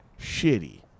shitty